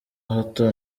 hato